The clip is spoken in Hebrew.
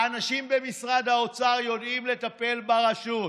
האנשים במשרד האוצר יודעים לטפל ברשות.